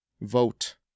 vote